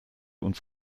uns